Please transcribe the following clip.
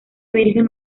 virgen